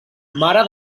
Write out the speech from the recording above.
mare